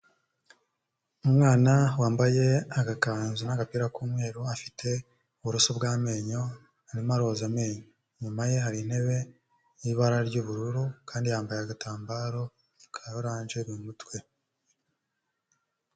Umwana wambaye agakanzu n'agapira k'umweru afite uburoso bw'amenyo arimo aroza, amenyo inyuma ye hari intebe y'ibara ry'ubururu kandi yambaye agatambaro ka oranje mu mutwe.